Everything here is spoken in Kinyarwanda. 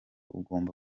ugomba